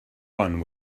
one